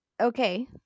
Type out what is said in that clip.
Okay